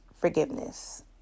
forgiveness